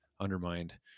undermined